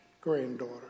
granddaughter